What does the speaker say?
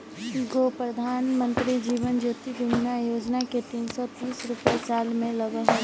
गो प्रधानमंत्री जीवन ज्योति बीमा योजना है तीन सौ तीस रुपए साल में लगहई?